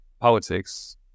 politics